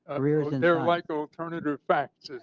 ah like alternative fact.